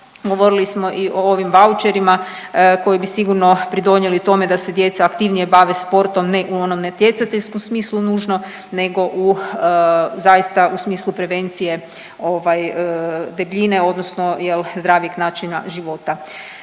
Govorili smo i o ovim vaučerima koji bi sigurno pridonijeli tome da se djeca aktivnije bave sportom ne u onom natjecateljskom smislu nužno nego u zaista u smislu prevencije debljine odnosno jel zdravijeg načina života.